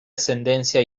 ascendencia